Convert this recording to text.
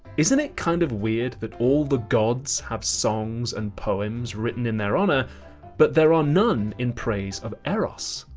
isn't it kind of weird that all the gods have songs and poems written in their honor but there are none in praise of eros,